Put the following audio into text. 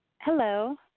Hello